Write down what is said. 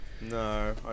No